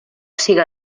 siga